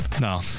No